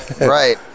Right